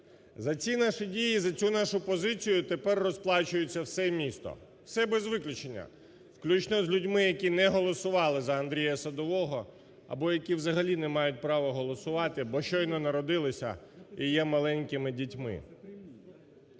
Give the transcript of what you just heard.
За ці наші дії, за цю нашу позицію тепер розплачується все місто, все, без виключення, включно з людьми, які не голосували за Андрія Садового або які взагалі не мають права голосувати, бо щойно народилися і є маленькими дітьми.